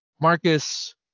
Marcus